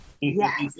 Yes